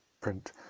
print